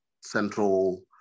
central